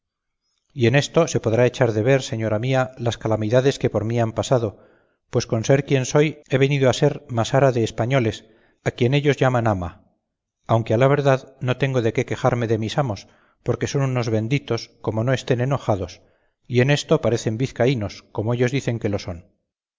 y en esto se podrá echar de ver señora mía las calamidades que por mí han pasado pues con ser quien soy he venido a ser masara de españoles a quien ellos llaman ama aunque a la verdad no tengo de qué quejarme de mis amos porque son unos benditos como no estén enojados y en esto parecen vizcaínos como ellos dicen que lo son